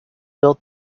built